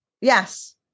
Yes